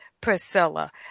Priscilla